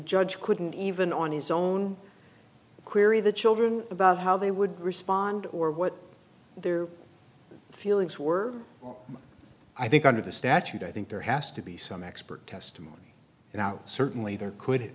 judge couldn't even on his own query the children about how they would respond or what their feelings were i think under the statute i think there has to be some expert testimony you know certainly there